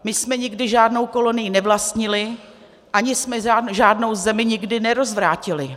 My jsme nikdy žádnou kolonii nevlastnili ani jsme žádnou zemi nikdy nerozvrátili.